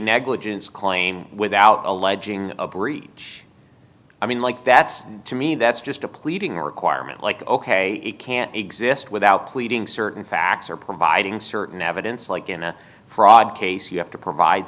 negligence claim without alleging a breach i mean like that's to me that's just a pleading requirement like ok it can't exist without pleading certain facts or providing certain evidence like in a fraud case you have to provide